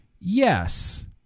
Yes